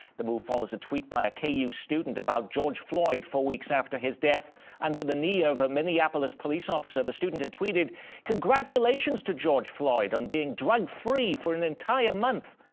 the move follows a tweet by a ku student about george floyd four weeks after his death under the knee of a minneapolis police officer the student had tweeted congratulations to george floyd on being drug free for an entire month.